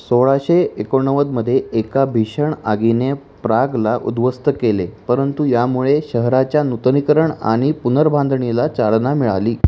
सोळाशे एकोणनव्वदमध्ये एका भीषण आगीने प्रागला उद्ध्वस्त केले परंतु यामुळे शहराच्या नूतनीकरण आणि पुनर्बांधणीला चालना मिळाली